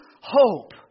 hope